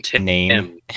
name